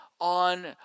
on